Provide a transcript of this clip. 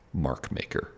Markmaker